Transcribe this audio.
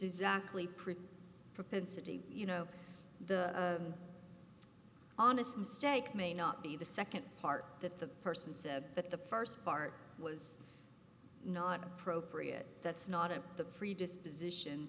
exactly pretty propensity you know the honest mistake may not be the second part that the person said but the first part was not appropriate that's not a the predisposition